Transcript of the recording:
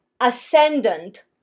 ascendant